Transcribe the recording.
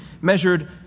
measured